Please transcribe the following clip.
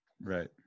right